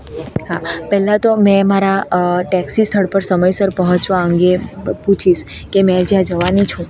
હા પેલા તો મેં અમારા ટેક્સી સ્થળ પર સમયસર પહોંચવા અંગે પૂછીશ કે મેં જ્યાં જવાની છું